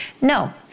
No